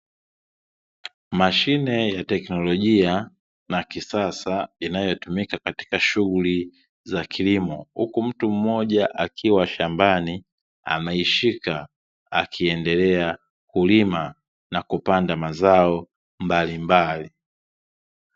Mashine ya teknolojia na kisasa inayotumika katika shughuli za kilimo, huku mtu mmoja akiwa shambani, ameishikilia akiendelea kulima na kupanda mazao mbalimbali.